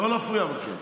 לא להפריע, בבקשה.